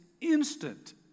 instant